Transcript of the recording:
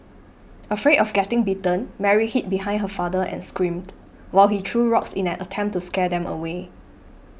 afraid of getting bitten Mary hid behind her father and screamed while he threw rocks in an attempt to scare them away